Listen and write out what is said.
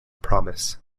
promise